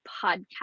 Podcast